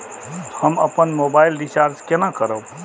हम अपन mobile recharge केना करब?